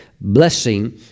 blessing